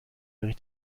mehr